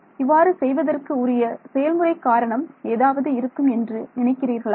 இவ்வாறு செய்வதற்கு உரிய செயல்முறை காரணம் ஏதாவது இருக்கும் என்று நினைக்கிறீர்களா